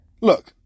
Look